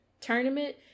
tournament